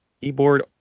Keyboard